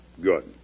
Good